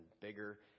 bigger